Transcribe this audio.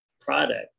product